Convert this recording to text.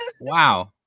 Wow